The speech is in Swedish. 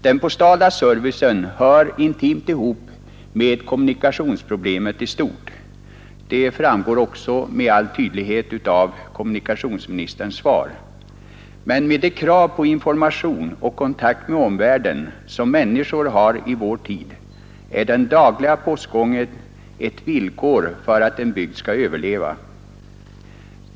Den postala servicen hör intimt ihop med kommunikationsproblemet i stort, det framgår också med all tydlighet av kommunikationsministerns svar, men med de krav på information och kontakt med omvärlden som människor har i vår tid är den dagliga postgången ett villkor för att en bygd skall överleva.